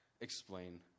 explain